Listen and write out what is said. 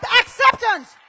acceptance